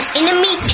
enemy